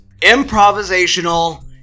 improvisational